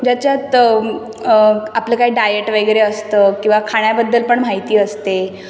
ज्याच्यात आपलं काय डाएट वगैरे असतं किंवा खाण्याबद्दल पण माहिती असते